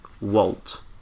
Walt